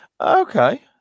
okay